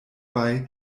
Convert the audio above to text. bei